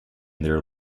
their